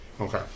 Okay